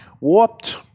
Warped